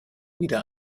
wieder